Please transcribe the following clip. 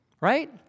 Right